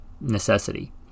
necessity